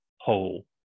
whole